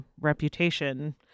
reputation